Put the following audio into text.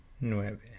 Nueve